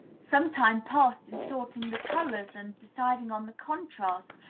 some time passed in sorting the colors, and deciding on the contrasts,